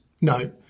no